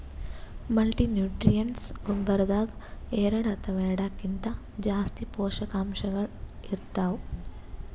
multinutrients ಗೊಬ್ಬರದಾಗ್ ಎರಡ ಅಥವಾ ಎರಡಕ್ಕಿಂತಾ ಜಾಸ್ತಿ ಪೋಷಕಾಂಶಗಳ್ ಇರ್ತವ್